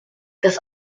das